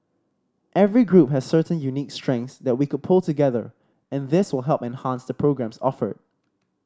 every group has certain unique strengths that we could pool together and this will help enhance the programmes offered